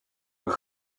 haut